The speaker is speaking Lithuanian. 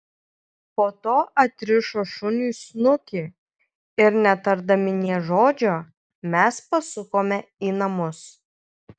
po to atrišo šuniui snukį ir netardami nė žodžio mes pasukome į namus